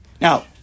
Now